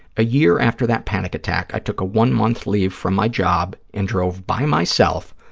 a year after that panic attack, i took a one-month leave from my job and drove, by myself,